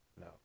No